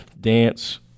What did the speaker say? dance